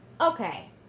okay